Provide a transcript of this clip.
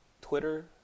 Twitter